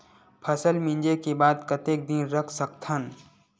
फसल मिंजे के बाद कतेक दिन रख सकथन?